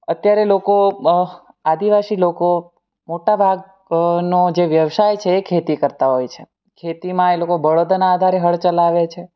અત્યારે લોકો આદિવાસી લોકો મોટાભાગ નો જે વ્યવસાય છે એ ખેતી કરતા હોય છે ખેતીમાં એ લોકો બળદના આધારે હળ ચલાવે છે